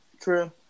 true